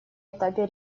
этапе